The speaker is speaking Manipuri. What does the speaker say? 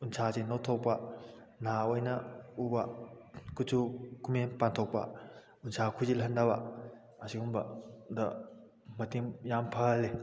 ꯎꯟꯁꯥꯁꯦ ꯅꯧꯊꯣꯛꯄ ꯅꯍꯥ ꯑꯣꯏꯅ ꯎꯕ ꯀꯨꯆꯨ ꯀꯨꯃꯦꯟ ꯄꯥꯟꯊꯣꯛꯄ ꯎꯟꯁꯥ ꯈꯨꯏꯖꯤꯜꯍꯟꯗꯕ ꯑꯁꯤꯒꯨꯝꯕꯗ ꯃꯇꯦꯡ ꯌꯥꯝ ꯐꯍꯜꯂꯤ